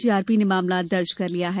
GRP ने मामला दर्ज कर लिया है